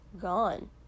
gone